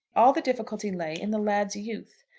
all the difficulty lay in the lad's youth.